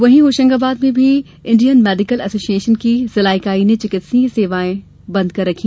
वहीं होशंगाबाद में भी इंडियन मेडिकल एसोशिएसन की जिला इकाई ने चिकित्सकीय सेवाएं बन्द रखी